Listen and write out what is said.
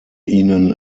ihnen